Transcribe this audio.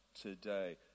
today